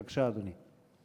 בבקשה, אדוני.